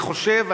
אני חושב,